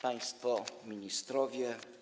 Państwo Ministrowie!